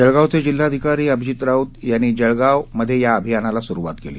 जळगावचे जिल्हाधिकारी अभिजित राऊत यांनी जळगाव या अभियानाला सुरुवात केली